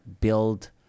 build